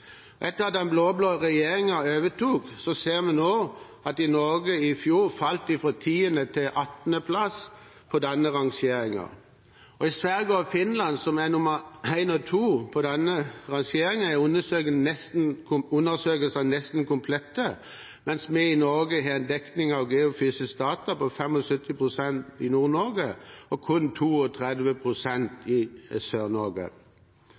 Etter at den blå-blå regjeringen overtok, ser vi nå at Norge i fjor falt fra 10. til 18. plass på denne rangeringen. I Sverige og Finland, som er nr. 1 og nr. 2 på denne rankingen, er undersøkelsene nesten komplette, mens vi i Norge har en dekning av geofysisk data på 75 pst. i Nord-Norge og kun 32 pst. i